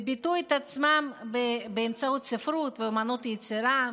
וביטאו את עצמם באמצעות ספרות ואומנות יצירה,